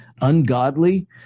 ungodly